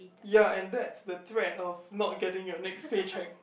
ya and that's the threat of not getting your next paycheck